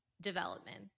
development